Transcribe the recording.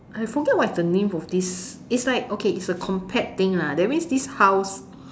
I forget what is the name of this it's like okay it's a compact thing lah that means this house